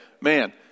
man